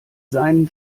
seinen